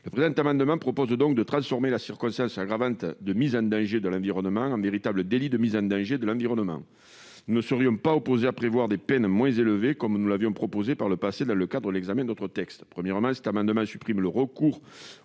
Le présent amendement vise donc à transformer la circonstance aggravante de mise en danger de l'environnement en véritable délit de mise en danger de l'environnement. Nous ne serions cependant pas opposés à la possibilité de prévoir des peines moins élevées, comme nous l'avions proposé par le passé dans le cadre de l'examen d'autres textes. Tout d'abord, cet amendement vise à supprimer